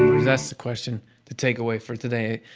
that's the question to take away for today,